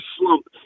slump